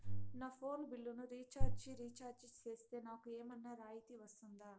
నా ఫోను బిల్లును recharge recharge సేస్తే, నాకు ఏమన్నా రాయితీ వస్తుందా?